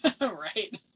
Right